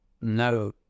no